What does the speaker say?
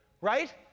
Right